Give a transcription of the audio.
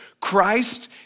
Christ